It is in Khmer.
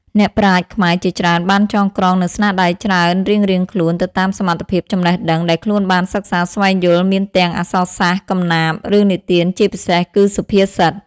អ្នកប្រាជ្ញខ្មែរជាច្រើនបានចងក្រងនូវស្នាដៃច្រើនរៀងៗខ្លួនទៅតាមសមត្ថភាពចំណេះដឹង ដែលខ្លួនបានសិក្សាស្វែងយល់មានទាំងអក្សសាស្រ្ត កំណាព្យ រឿងនិទានជាពិសេសគឺសុភាសិត។